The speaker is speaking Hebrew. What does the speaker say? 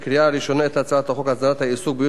את הצעת החוק לתיקון חוק הסדרת העיסוק בייעוץ השקעות.